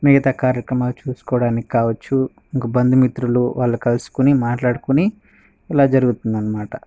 మిగతా కార్యక్రమాలు చూసుకోవడానికి కావచ్చు ఇంకా బంధుమిత్రులు వాళ్ళు కలుసుకొని మాట్లాడుకొని ఇలా జరుగుతుంది అన్నమాట